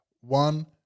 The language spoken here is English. one